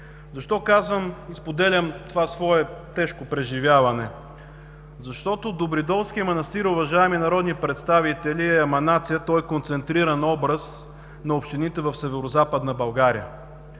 Защо казвам и споделям това свое тежко преживяване? Защото Добридолският манастир, уважаеми народни представители, е еманация, той е концентриран образ на общините в Северозападна България.